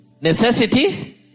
Necessity